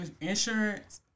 insurance